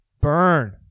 Burn